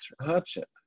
hardship